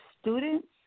students